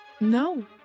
No